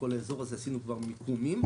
עשינו מיקומים,